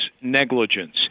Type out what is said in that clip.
negligence